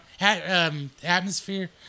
atmosphere